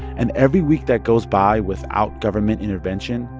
and every week that goes by without government intervention,